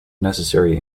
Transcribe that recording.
necessary